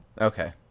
Okay